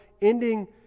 ending